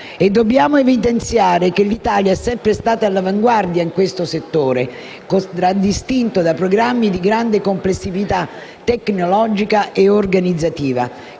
Dobbiamo evidenziare che l'Italia è sempre stata all'avanguardia in questo settore, contraddistinto da programmi di grande complessità tecnologica e organizzativa,